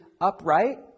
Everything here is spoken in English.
upright